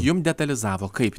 jum detalizavo kaip